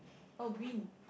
oh green